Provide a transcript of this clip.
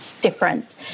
different